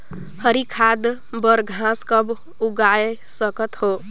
हरी खाद बर घास कब उगाय सकत हो?